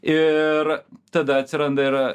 ir tada atsiranda ir